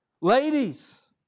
Ladies